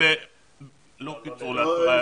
לא קיצרו לעשרה ימים.